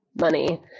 money